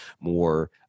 more